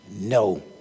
no